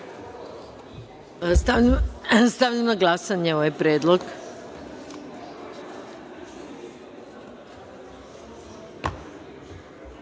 Stavljam na glasanje ovaj predlog